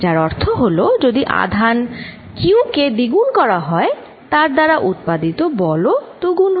যার অর্থ হলো যদি আধান Q কে দ্বিগুণ করা হয় তার দ্বারা উৎপাদিত বল ও 2 গুন হয়ে যাবে